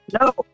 No